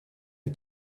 you